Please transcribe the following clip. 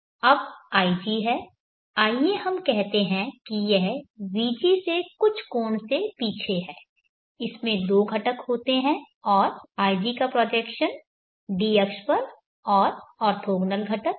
अब ig है आइए हम कहते हैं कि यह vg से कुछ कोण से पीछे हैं इसमें दो घटक होते हैं और ig का प्रोजेक्शन d अक्ष पर और ऑर्थोगोनल घटक